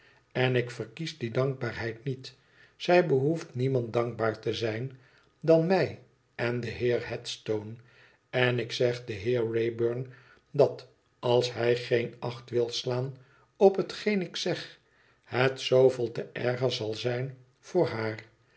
en ik verkies die dankbaarheid niet zij behoeft niemand dankbaar te zijn dan mij en den heer headstone n ik zeg den heer wrayburn dat als hij geen acht wil slaan op hetgeen ik zeg het zooveel te erger zijn zal voor haar